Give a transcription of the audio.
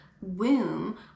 womb